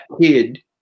kid